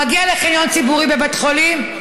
הוא מגיע לחניון ציבורי בבית חולים,